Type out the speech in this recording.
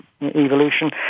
evolution